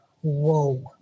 whoa